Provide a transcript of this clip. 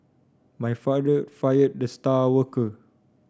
my father fired the star worker